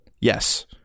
yes